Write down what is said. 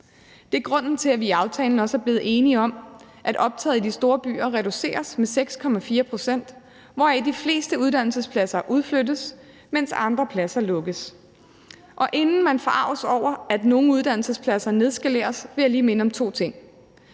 Det er grunden til, at vi i aftalekredsen også er blevet enige om, at optaget i de store byer reduceres med 6,4 pct., hvoraf de fleste uddannelsespladser udflyttes, mens andre pladser lukkes. Og inden man forarges over, at nogle uddannelser nedskaleres, vil jeg lige minde om to ting.